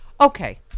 Okay